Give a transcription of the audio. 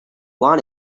want